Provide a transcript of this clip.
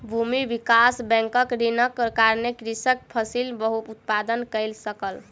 भूमि विकास बैंकक ऋणक कारणेँ कृषक फसिल उत्पादन कय सकल